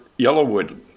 Yellowwood